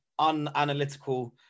unanalytical